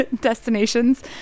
destinations